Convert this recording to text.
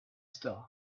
star